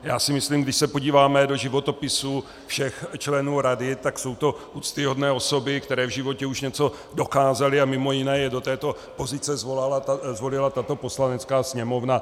Já si myslím, když se podíváme do životopisů všech členů rady, tak jsou to úctyhodné osoby, které v životě už něco dokázaly, a mimo jiné je do této pozice zvolila tato Poslanecká sněmovna.